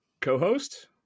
co-host